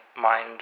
mind